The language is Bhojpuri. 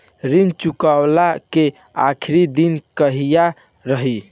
ऋण चुकव्ला के आखिरी दिन कहिया रही?